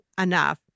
enough